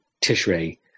Tishrei